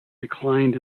declined